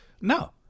No